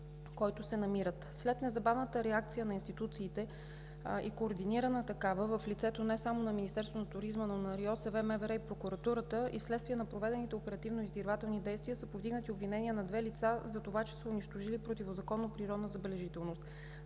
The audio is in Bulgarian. който се намират. След незабавната реакция на институциите и координираната такава в лицето не само на Министерството на туризма, но и на Регионалните инспекции по околната среда и водите, МВР и Прокуратурата, и вследствие на проведените оперативно-издирвателни действия са повдигнати обвинения на две лица за това, че са унищожили противозаконно природна забележителност.